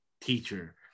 teacher